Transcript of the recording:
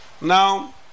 Now